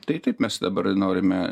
tai taip mes dabar norime